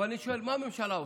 אבל אני שואל: מה הממשלה עושה?